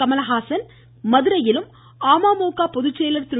கமலஹாசன் மதுரையிலும் அமமுக பொதுச்செயலர் திரு